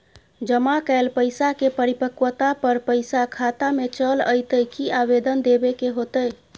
जमा कैल पैसा के परिपक्वता पर पैसा खाता में चल अयतै की आवेदन देबे के होतै?